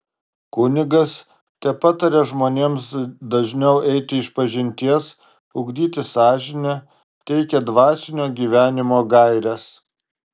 kunigas tepataria žmonėms dažniau eiti išpažinties ugdyti sąžinę teikia dvasinio gyvenimo gaires